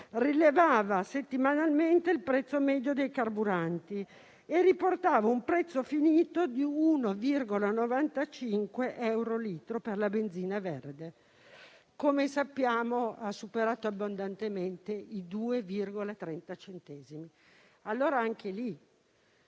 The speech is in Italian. rilevava settimanalmente il prezzo medio dei carburanti e riportava un prezzo finito di 1,95 euro al litro per la benzina verde; come sappiamo, però, ha superato abbondantemente i 2,30 euro. Anche in